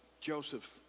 Joseph